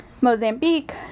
Mozambique